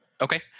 Okay